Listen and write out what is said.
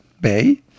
Bay